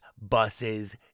buses